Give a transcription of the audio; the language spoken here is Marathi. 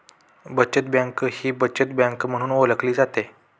बचत बँक ही बचत बँक म्हणून ओळखली जाते